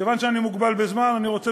כיוון שאני מוגבל בזמן אני רוצה,